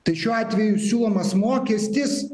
tai šiuo atveju siūlomas mokestis